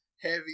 Heavy